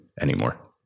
anymore